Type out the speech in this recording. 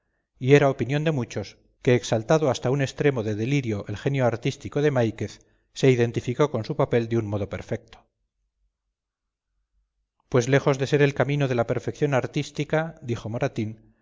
y era opinión de muchos que exaltado hasta un extremo de delirio el genio artístico de máiquez se identificó con su papel de un modo perfecto pues lejos de ser el camino de la perfección artística dijo moratín